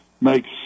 makes